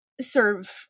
serve